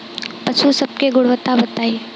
पशु सब के गुणवत्ता बताई?